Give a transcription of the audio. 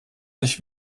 sich